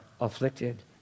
afflicted